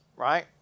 Right